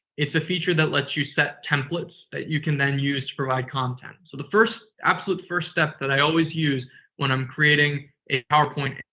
it's a feature that lets you set templates that you can then use to provide content. so, the first. absolute first step that i always use when i'm creating a powerpoint,